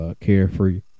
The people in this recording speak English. care-free